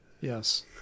Yes